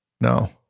No